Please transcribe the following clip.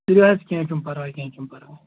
تُلِو حظ کیٚنہہ چھُنہٕ پَرواے کیٚنہہ چھُنہٕ پَرواے